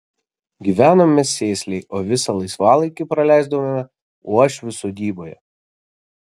gyvenome sėsliai o visą laisvalaikį praleisdavome uošvių sodyboje